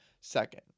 second